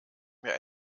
mir